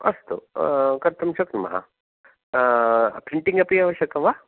अस्तु कर्तुं शक्नुमः आ प्रिण्टिङ्ग् अपि आवश्यकं वा